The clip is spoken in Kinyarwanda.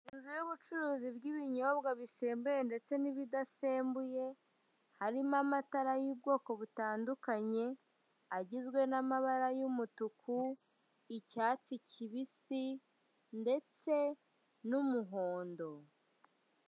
Inzu y'ubucuruzi bw'ibinyobwa bisembuye ndetse n'ibidasembuye; harimo amatara y'ubwoko butandukanye agizwe n'amabara: y'umutuku, icyatsi cyibisi ndetse n'umuhondo.